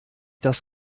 das